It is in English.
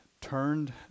turned